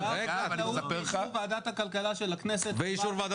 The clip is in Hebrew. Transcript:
ועדיין מחיר המטרה לחלב גבוה בעשרות